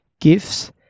gifts